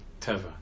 teva